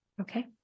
Okay